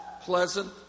pleasant